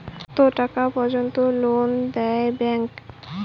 কত টাকা পর্যন্ত লোন দেয় ব্যাংক?